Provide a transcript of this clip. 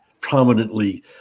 prominently